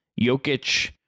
Jokic